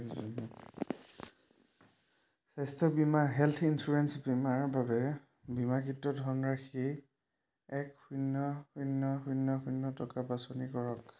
স্বাস্থ্য বীমা বীমাৰ বাবে বীমাকৃত ধনৰাশি এক শূন্য শূন্য শূন্য শূন্য টকা বাছনি কৰক